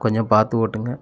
கொஞ்சம் பார்த்து ஓட்டுங்க